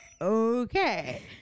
Okay